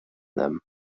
them